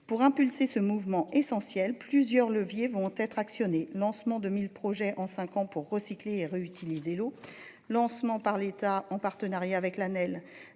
pour impulser ce mouvement essentiel plusieurs leviers vont être actionnés lancement 2000 projets en cinq ans pour recycler et réutiliser l'eau lancement par l'État en partenariat avec la.